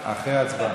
אחרי ההצבעה.